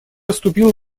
вступил